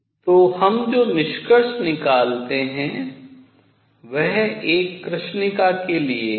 तो हम जो निष्कर्ष निकालते हैं वह एक कृष्णिका के लिए है